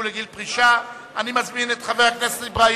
עברה בקריאה